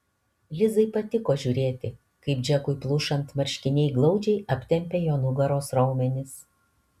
lizai patiko žiūrėti kaip džekui plušant marškiniai glaudžiai aptempia jo nugaros raumenis